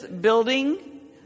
building